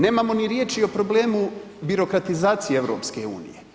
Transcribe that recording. Nemamo ni riječi o problemu birokratizacije EU.